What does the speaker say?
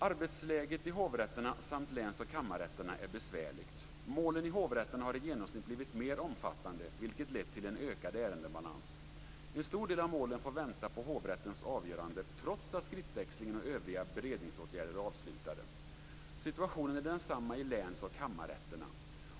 Arbetsläget i hovrätterna samt läns och kammarrätterna är besvärligt. Målen i hovrätterna har i genomsnitt blivit mer omfattande, vilket lett till en ökad ärendebalans. En stor del av målen får vänta på hovrättens avgörande, trots att skriftväxling och övriga beredningsåtgärder är avslutade. Situationen är densamma i läns och kammarrätterna.